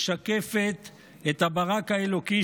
משקפת את הברק האלוקי